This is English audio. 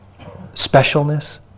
specialness